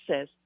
says